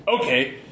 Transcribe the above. Okay